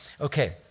Okay